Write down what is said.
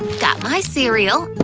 got my cereal,